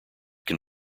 can